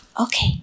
okay